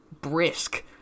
brisk